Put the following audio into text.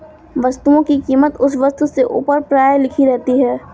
वस्तुओं की कीमत उस वस्तु के ऊपर प्रायः लिखी रहती है